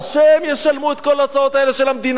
שהם ישלמו את כל ההוצאות האלה, של המדינה.